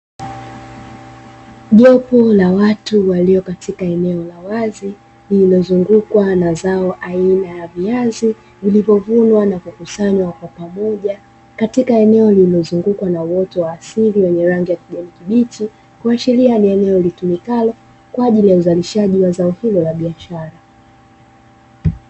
Jopo la watu walio katika eneo la wazi, lililozungukwa na zao aina ya viazi vilivyovunwa na kukusanywa kwa pamoja katika eneo lilozungukwa na uoto wa asili, wenye rangi ya kijani kibichi kuashiria ni eneo litumikalo kwa ajili ya uzalishaji wa zao hilo la biashara.